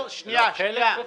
יש חלק וחלק.